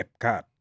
Epcot